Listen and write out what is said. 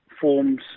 forms